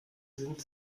sind